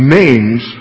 names